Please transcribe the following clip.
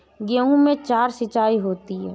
गेहूं में चार सिचाई होती हैं